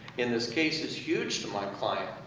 in this case, is huge to my client.